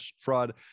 fraud